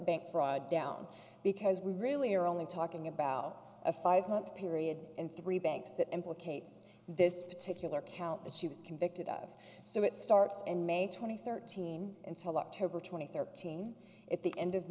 bank fraud down because we really are only talking about a five month period and three banks that implicates this particular count that she was convicted of so it starts in may twenty third team until october twenty third team at the end of